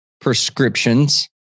prescriptions